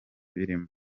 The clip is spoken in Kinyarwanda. birimo